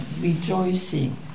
rejoicing